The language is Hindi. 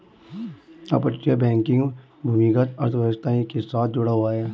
अपतटीय बैंकिंग भूमिगत अर्थव्यवस्था के साथ जुड़ा हुआ है